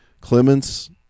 Clemens